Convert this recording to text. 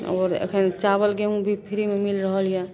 आओर एखन चावल गेहूँ भी फ्रीमे मिलि रहल यऽ